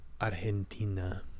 Argentina